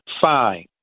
Fine